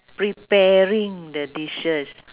preparing the dishes